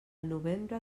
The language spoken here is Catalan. novembre